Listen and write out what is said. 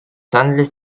handelt